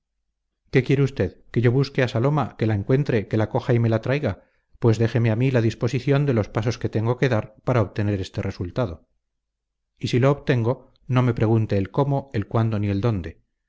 qué quiere usted que yo busque a saloma que la encuentre que la coja y me la traiga pues déjeme a mí la disposición de los pasos que tengo que dar para obtener este resultado y si lo obtengo no me pregunte el cómo el cuándo ni el dónde